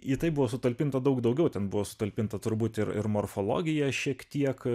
į tai buvo sutalpinta daug daugiau ten buvo sutalpinta turbūt ir ir morfologija šiek tiek